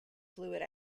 fluid